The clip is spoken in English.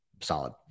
solid